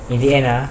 in the end ah